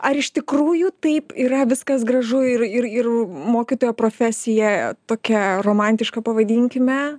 ar iš tikrųjų taip yra viskas gražu ir ir ir mokytojo profesija tokia romantiška pavadinkime